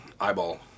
eyeball